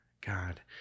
God